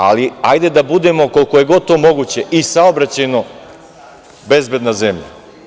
Ali, hajde da budemo, koliko je god to moguće i saobraćajno bezbedna zemlja.